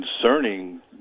concerning